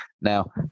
Now